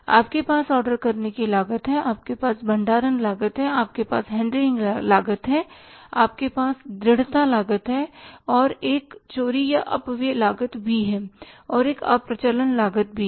आपके पास ऑर्डर करने की लागत है आपके पास भंडारण लागत है आपके पास हैंडलिंग लागत है आपके पास दृढ़ता लागत है और एक चोरी या अप व्यय लागत भी है और अप्रचलन लागत भी है